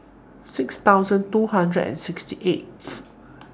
six thousand two hundred and sixty eighth